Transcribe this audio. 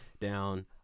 down